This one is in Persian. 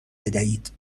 بدهید